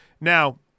Now